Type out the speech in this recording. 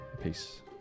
Peace